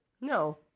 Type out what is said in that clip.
No